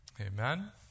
Amen